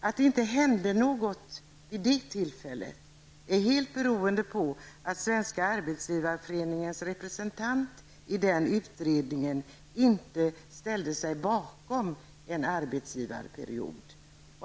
Att det inte hände något vid det tillfället berodde helt på att Svenska Arbetsgivareföreningens representant i utredningen inte ställde sig bakom en arbetsgivarperiod.